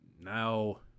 now